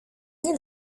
nie